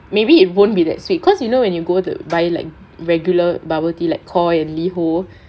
maybe it won't be that sweet because you know when you go to buy like regular bubble tea like KOI or Liho